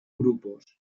grupos